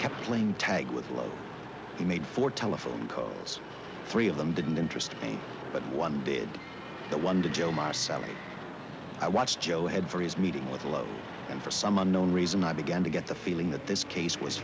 kept playing tag with the love he made for telephone calls three of them didn't interest me but one did the one to joe myself i watched joe ahead for his meeting with hello and for some unknown reason i began to get the feeling that this case was